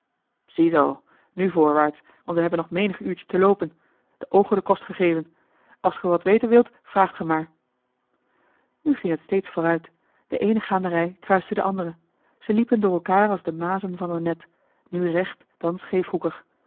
zoo nu voorwaarts want we hebben nog menig uurtje te loopen den oogen den kost gegeven als ge wat weten wilt vraagt ge maar nu ging het steeds vooruit de eene gaanderij kruiste de andere ze liepen door elkaar als de mazen van een net nu recht dan